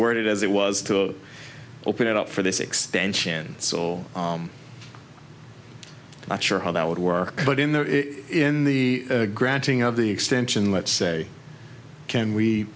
worded as it was to open it up for this extension soul not sure how that would work but in the in the granting of the extension let's say can we